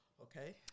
Okay